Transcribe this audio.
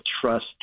trust